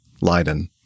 Leiden